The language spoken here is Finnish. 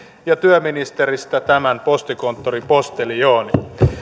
ja työministeristä tämän postikonttorin posteljooni